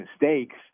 mistakes